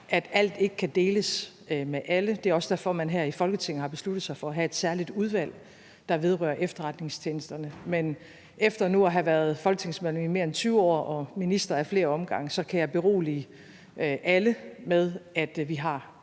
at alt ikke kan deles med alle. Det er også derfor, at man her i Folketinget har besluttet sig for at have et særligt udvalg, der vedrører efterretningstjenesterne. Men efter nu at have været folketingsmedlem i mere end 20 år og minister ad flere omgange kan jeg berolige alle om, at vi har